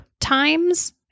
times